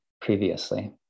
previously